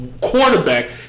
quarterback